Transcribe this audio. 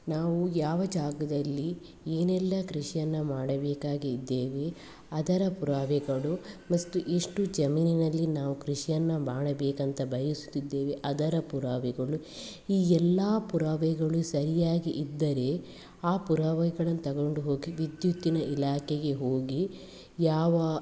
ನಾವು ಯಾವ ಜಾಗದಲ್ಲಿ ಏನೆಲ್ಲಾ ಕೃಷಿಯನ್ನು ಮಾಡಬೇಕಾಗಿ ಇದ್ದೇವೆ ಅದರ ಪುರಾವೆಗಳು ಮಸ್ಟು ಎಷ್ಟು ಜಮೀನಿನಲ್ಲಿ ನಾವು ಕೃಷಿಯನ್ನು ಮಾಡಬೇಕಂತ ಬಯಸುತಿದ್ದೇವೆ ಅದರ ಪುರಾವೆಗಳು ಈ ಎಲ್ಲಾ ಪುರಾವೆಗಳು ಸರಿಯಾಗಿ ಇದ್ದರೆ ಆ ಪುರಾವೆಗಳನ್ನು ತಗೊಂಡು ಹೋಗಿ ವಿದ್ಯುತ್ತಿನ ಇಲಾಖೆಗೆ ಹೋಗಿ ಯಾವ